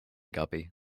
guppy